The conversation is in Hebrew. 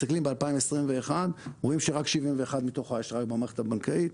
מסתכלים ב-2021 רואים שרק 71% מתוך האשראי במערכת הבנקאית,